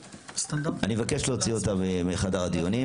משום שבכל מקום שמתבקשת בקשה לפי החוק לחופש מידע ממשרד הבריאות,